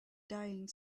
dying